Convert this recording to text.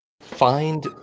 find